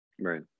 Right